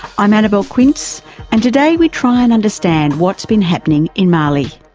i'm annabelle quince and today we try and understand what's been happening in mali.